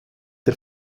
der